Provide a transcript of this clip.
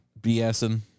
BSing